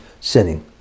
sinning